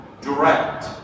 direct